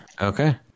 Okay